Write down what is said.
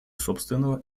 собственного